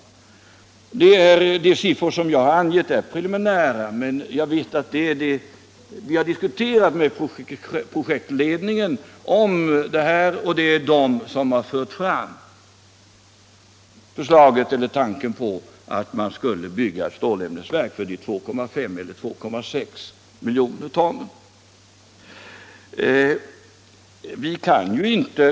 De siffor som jag angett är preliminära. Vi har diskuterat med projektledningen, och det är den som fört fram tanken på att bygga ett stålämnesverk för 2,5 eller 2,6 miljoner ton per år.